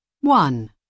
One